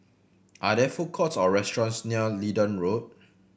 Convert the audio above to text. are there food courts or restaurants near Leedon Road